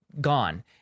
gone